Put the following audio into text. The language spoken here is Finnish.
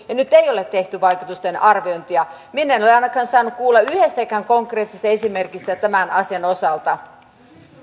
ja nyt ei ole tehty vaikutusten arviointia minä en ole ainakaan saanut kuulla yhdestäkään konkreettisesta esimerkistä tämän asian osalta